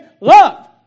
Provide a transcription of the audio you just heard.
love